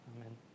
Amen